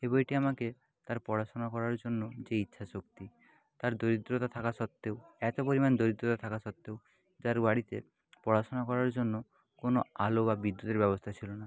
এই বইটি আমাকে তার পড়াশোনার করার জন্য যে ইচ্ছা শক্তি তার দরিদ্রতা থাকা সত্ত্বেও এত পরিমাণ দরিদ্রতা থাকা সত্ত্বেও তার বাড়িতে পড়াশোনা করার জন্য কোনও আলো বা বিদ্যুতের ব্যবস্থা ছিল না